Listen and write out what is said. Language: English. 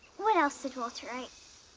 what else did walter write?